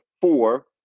four